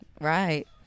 Right